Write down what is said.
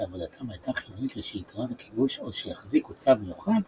שעבודתם הייתה חיונית לשלטונות הכיבוש או שהחזיקו צו מיוחד,